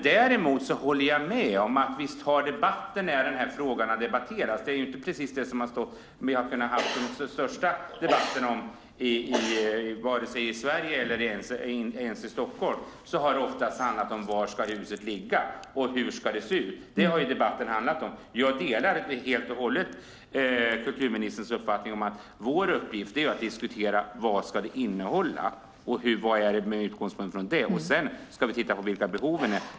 Däremot håller jag med om att det inte precis är det som vi har haft den största debatten om när den här frågan har debatterats i Sverige eller ens i Stockholm. Det har oftast handlat om var huset ska ligga och hur det ska se ut. Det har debatten handlat om. Jag delar helt och hållet kulturministerns uppfattning att vår uppgift är att diskutera vad det ska innehålla. Det ska vara utgångspunkten. Sedan ska vi titta på vilka behoven är.